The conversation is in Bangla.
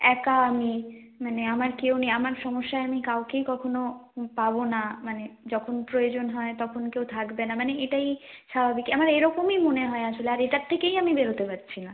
একা আমি মানে আমার কেউ নেই আমার সমস্যায় আমি কাউকেই কখনও পাব না মানে যখন প্রয়োজন হয় তখন কেউ থাকবে না মানে এটাই স্বাভাবিক আমার এরকমই মনে হয় আসলে আর এটার থেকেই আমি বেরোতে পারছি না